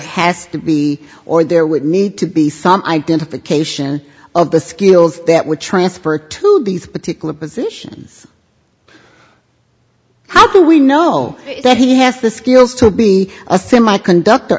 has to be or there would need to be some identification of the skills that would transfer to these particular positions how do we know that he has the skills to be a semiconductor